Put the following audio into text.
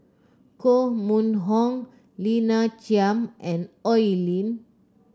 Koh Mun Hong Lina Chiam and Oi Lin